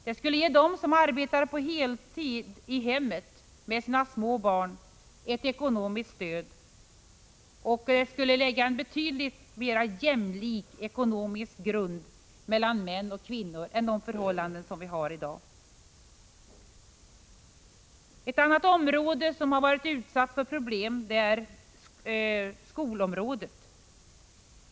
Det skulle ge dem som arbetar på heltid i hemmet med sina små barn ett ekonomiskt stöd och skulle lägga en betydligt mer jämlik ekonomisk grund för både män och kvinnor än de förhållanden som vi har i dag. Ett annat område som varit utsatt för problem är skolans.